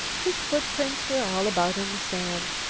his footprints were all about in the sand.